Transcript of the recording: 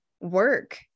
work